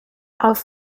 auf